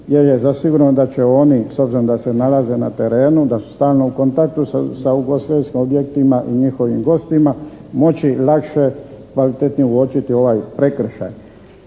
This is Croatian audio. jer je zasigurno da će oni s obzirom da se nalaze na terenu, da su stalno u kontaktu sa ugostiteljskim objektima i njihovim gostima moći lakše i kvalitetnije uočiti ovaj prekršaj.